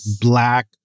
black